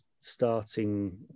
starting